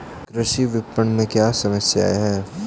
कृषि विपणन में क्या समस्याएँ हैं?